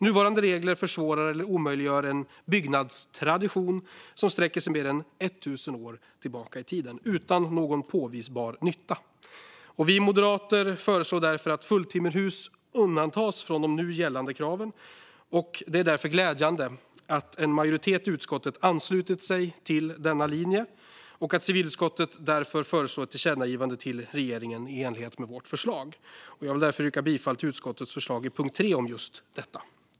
Nuvarande regler försvårar eller omöjliggör en byggnadstradition som sträcker sig mer än 1 000 år tillbaka i tiden, utan någon påvisbar nytta. Vi moderater föreslår därför att fulltimmerhus undantas från de nu gällande kraven, och det är glädjande att en majoritet i utskottet anslutit sig till denna linje och att civilutskottet därför föreslår ett tillkännagivande till regeringen i enlighet med vårt förslag. Jag vill därför yrka bifall till utskottets förslag i punkt 3 om just detta.